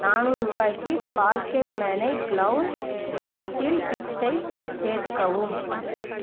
நானூறு ரூபாய்க்கு பாக்கெல்மேனை க்ளவுன் பார்ட்டின் பிக்ஸ்ஸை சேர்க்கவும்